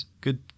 good